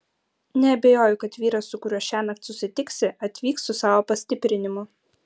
neabejoju kad vyras su kuriuo šiąnakt susitiksi atvyks su savo pastiprinimu